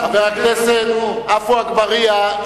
חבר הכנסת עפו אגבאריה,